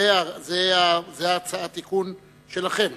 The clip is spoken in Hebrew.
זה התיקון שלכם.